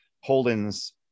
Holden's